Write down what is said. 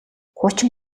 хуучин